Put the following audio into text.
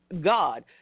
God